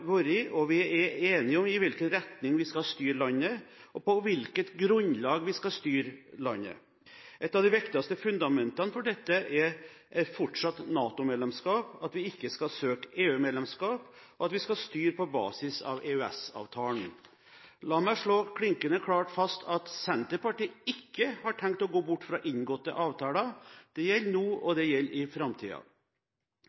Vi har vært og er enige om i hvilken retning vi skal styre landet, og på hvilket grunnlag vi skal styre landet. Et av de viktigste fundamentene for dette er fortsatt NATO-medlemskap, at vi ikke skal søke EU-medlemskap, og at vi skal styre på basis av EØS-avtalen. La meg slå klinkende klart fast at Senterpartiet ikke har tenkt å gå bort fra inngåtte avtaler. Dette gjelder nå, og